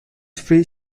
free